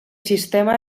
sistema